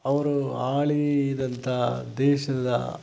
ಅವರು ಆಳಿದಂಥ ದೇಶದ